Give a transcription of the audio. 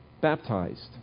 baptized